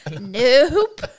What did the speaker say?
Nope